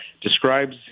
describes